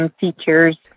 features